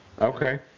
Okay